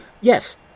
Yes